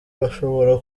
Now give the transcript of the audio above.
bashobora